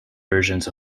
versions